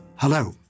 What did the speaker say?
Hello